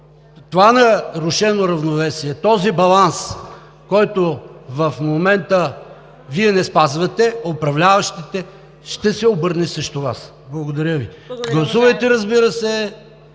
това нарушено равновесие, този баланс, който в момента Вие не спазвате – управляващите, ще се обърне срещу Вас. Благодаря Ви. Гласувайте, разбира се,